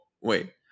Wait